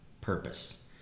purpose